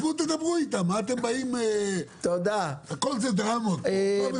שבו, תדברו איתם, מה אתם באים, הכול זה דרמות פה.